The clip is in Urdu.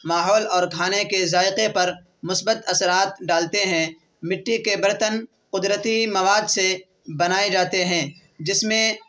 ماحول اور کھانے کے ذائقے پر مثبت اثرات ڈالتے ہیں مٹی کے برتن قدرتی مواد سے بنائے جاتے ہیں جس میں